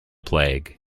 plague